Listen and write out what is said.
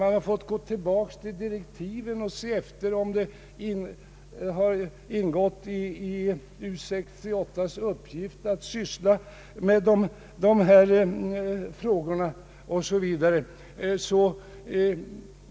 Man har fått gå tillbaka till direktiven för att se efter om det har ingått i U 68:s uppgift att syssla med dessa fråsor o.s.v.